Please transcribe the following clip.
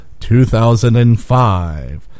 2005